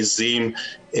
עיזים,